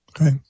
Okay